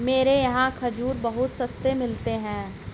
मेरे यहाँ खजूर बहुत सस्ते मिलते हैं